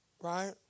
Right